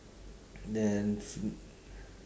then